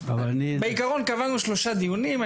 קבענו שלושה דיונים,